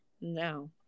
now